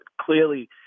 clearly